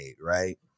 right